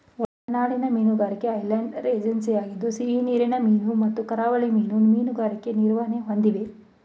ಒಳನಾಡಿನ ಮೀನುಗಾರಿಕೆ ಐರ್ಲೆಂಡ್ ಏಜೆನ್ಸಿಯಾಗಿದ್ದು ಸಿಹಿನೀರಿನ ಮೀನು ಮತ್ತು ಕರಾವಳಿ ಮೀನು ಮೀನುಗಾರಿಕೆ ನಿರ್ವಹಣೆ ಹೊಂದಿವೆ